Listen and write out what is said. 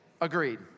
Agreed